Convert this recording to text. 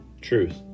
truth